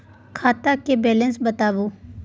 खाता के बैलेंस बताबू?